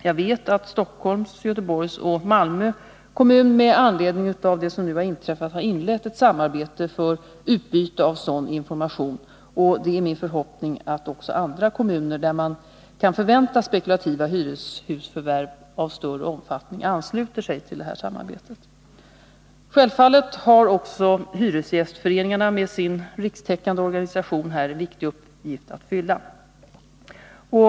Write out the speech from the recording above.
Jag vet att Stockholms, Göteborgs och Malmö kommun med anledning av det som nu har inträffat har inlett ett samarbete för utbyte av sådan information, och det är min förhoppning att också andra kommuner, där man kan förvänta spekulativa hyreshusförvärv av större omfattning, ansluter sig till detta samarbete. Självfallet har också hyresgästföreningarna med sin rikstäckande organisation här en viktig uppgift att fylla.